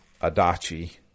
Adachi